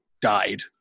died